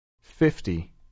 fifty